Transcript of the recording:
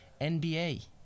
NBA